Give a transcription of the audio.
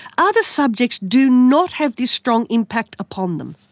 other subjects do not have this strong impact upon them.